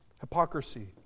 hypocrisy